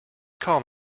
calm